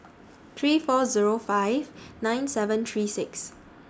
three four Zero five nine seven three six